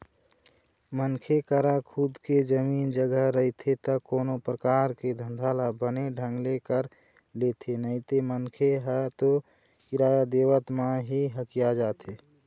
मनखे करा खुद के जमीन जघा रहिथे ता कोनो परकार के धंधा ल बने ढंग ले कर लेथे नइते मनखे ह तो किराया देवत म ही हकिया जाथे